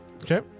Okay